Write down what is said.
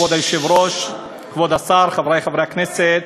כבוד היושב-ראש, כבוד השר, חברי חברי הכנסת,